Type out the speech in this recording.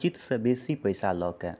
उचितसँ बेसी पैसा लकऽ